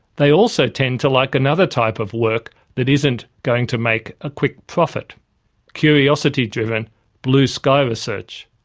they also tend to like another type of work that isn't going to make a quick profit curiosity-driven blue-sky research.